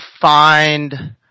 find